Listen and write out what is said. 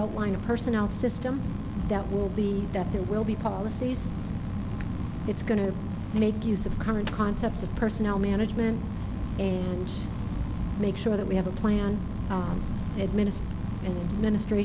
outline a personnel system that will be that there will be policies it's going to make use of current concepts of personnel management and make sure that we have a plan that ministers ministr